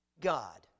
God